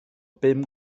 bum